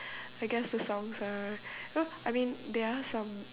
I guess the songs are uh I mean there are some